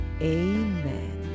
amen